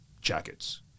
jackets